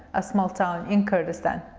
a small town in kurdistan.